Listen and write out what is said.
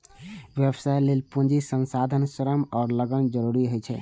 व्यवसाय लेल पूंजी, संसाधन, श्रम आ लगन जरूरी होइ छै